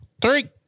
three